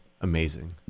Amazing